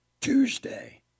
Tuesday